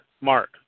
mark